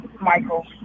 Michael